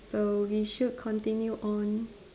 so we should continue on